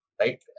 right